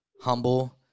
humble